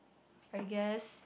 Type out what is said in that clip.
I guess